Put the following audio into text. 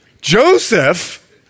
Joseph